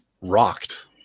rocked